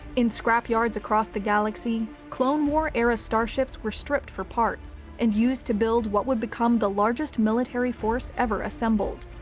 in scrapyards across the galaxy, clone war era starships were stripped for parts and used to build what would become the largest military force ever assembled.